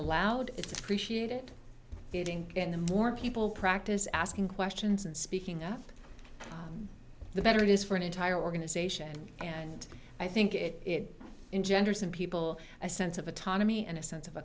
allowed it's krishi it dating and the more people practice asking questions and speaking up the better it is for an entire organization and i think it engender some people a sense of autonomy and a sense of